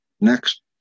next